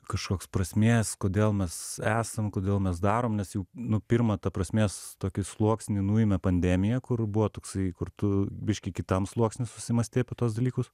kažkoks prasmės kodėl mes esam kodėl mes darom nes jau nu pirma ta prasmės tokį sluoksnį nuėmė pandemija kur buvo toksai kur tu biškį kitam sluoksny susimąstei apie tuos dalykus